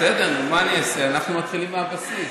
בסדר, נו, מה אני אעשה, אנחנו מתחילים מהבסיס.